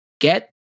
get